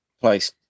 place